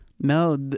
No